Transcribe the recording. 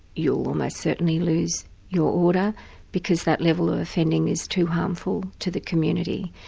you'll almost certainly lose your order because that level of offending is too harmful to the community.